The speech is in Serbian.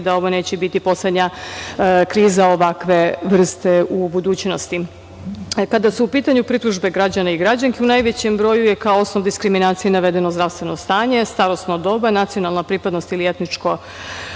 da ovo neće biti poslednja kriza ovakve vrste u budućnosti. Kada su u pitanju pritužbe građana i građanki, u najvećem broju je kao osnov diskriminacije navedeno zdravstveno stanje, starosno doba, nacionalna pripadnost ili etničko